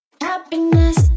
Happiness